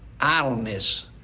idleness